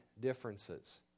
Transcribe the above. differences